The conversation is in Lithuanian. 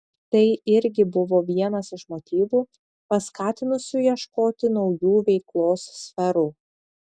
tai irgi buvo vienas iš motyvų paskatinusių ieškoti naujų veiklos sferų